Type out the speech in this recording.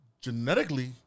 Genetically